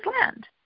land